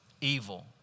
evil